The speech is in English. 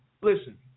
listen